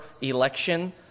election